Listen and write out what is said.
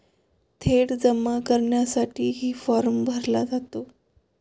थेट जमा करण्यासाठीही फॉर्म भरला जातो